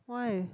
why